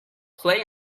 play